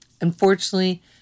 Unfortunately